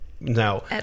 Now